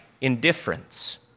Indifference